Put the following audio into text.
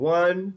one